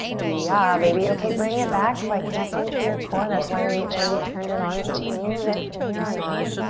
yeah, ah baby. okay, bring it back by connecting to your core. that's why we already turned it on so use it from here on out.